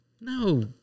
No